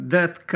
Death